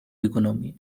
economy